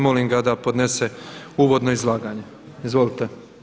Molim ga da podnese uvodno izlaganje, izvolite.